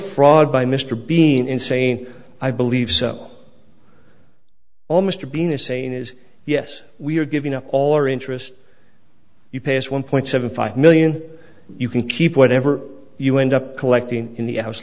fraud by mr being insane i believe so almost being a saying is yes we are giving up all our interest you past one point seven five million you can keep whatever you end up collecting in the house